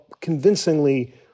convincingly